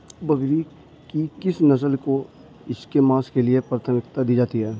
बकरी की किस नस्ल को इसके मांस के लिए प्राथमिकता दी जाती है?